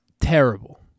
terrible